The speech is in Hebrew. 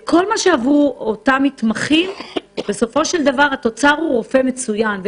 כל מה שיעברו אותם מתמחים ייצור רופאים מצוינים.